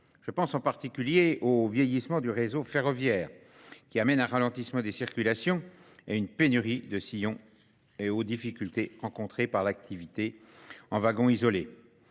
Je pense en particulier au vieillissement du réseau ferroviaire, qui amène un ralentissement des circulations et une pénurie de sillons et eaux difficultés rencontrées par l'activité en vagons isolés.